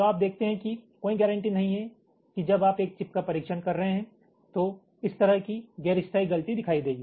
तो आप देखते हैं कि कोई गारंटी नहीं है कि जब आप एक चिप का परीक्षण कर रहे हैं तो इस तरह की गैर स्थायी गलती दिखाई देगी